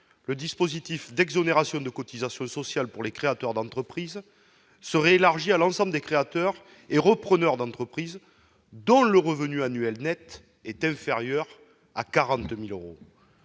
le dispositif d'exonérations de cotisations sociales pour les créateurs d'entreprise serait élargi à l'ensemble des créateurs et repreneurs d'entreprise dont le revenu annuel net est inférieur à 40 000 euros.